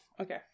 Okay